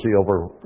over